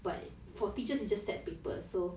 but for teachers its just set papers